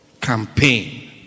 Campaign